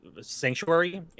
sanctuary